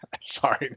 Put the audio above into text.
sorry